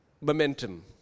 momentum